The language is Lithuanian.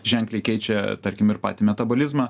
ženkliai keičia tarkim ir patį metabolizmą